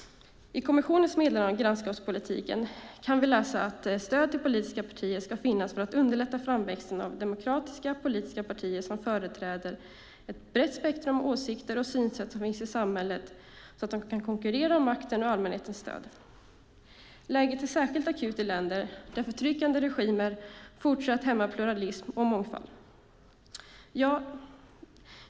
I kommissionens meddelande om grannskapspolitiken kan vi läsa att stöd till politiska partier ska finnas för att underlätta framväxten av demokratiska politiska partier som företräder ett brett spektrum av åsikter och synsätt som finns i samhället så att de kan konkurrera om makten och allmänhetens stöd. Läget är särskilt akut i länder där förtryckande regimer fortsätter att hämma pluralism och mångfald.